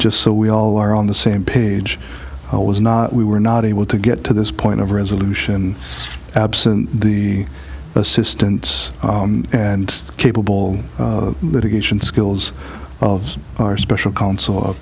just so we all are on the same page was not we were not able to get to this point of resolution absent the assistance and capable litigation skills of our special counsel